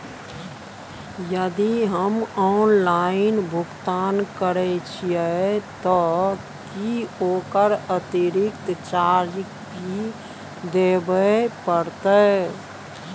यदि हम ऑनलाइन भुगतान करे छिये त की ओकर अतिरिक्त चार्ज भी देबे परतै?